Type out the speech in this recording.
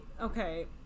Okay